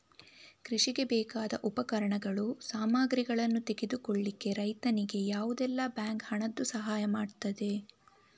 ಕೃಷಿಗೆ ಬೇಕಾದ ಉಪಕರಣಗಳು, ಸಾಮಗ್ರಿಗಳನ್ನು ತೆಗೆದುಕೊಳ್ಳಿಕ್ಕೆ ರೈತನಿಗೆ ಯಾವುದೆಲ್ಲ ಬ್ಯಾಂಕ್ ಹಣದ್ದು ಸಹಾಯ ಮಾಡ್ತದೆ?